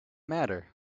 matter